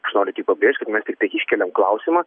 aš noriu tik pabrėžt kad mes tiktai iškeliam klausimą